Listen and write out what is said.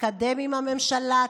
תתקדם עם הממשלה,